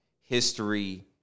history